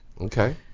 Okay